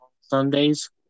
Sundays